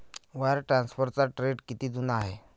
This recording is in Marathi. वायर ट्रान्सफरचा ट्रेंड किती जुना आहे?